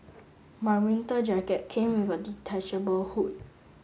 my winter jacket came with a detachable hood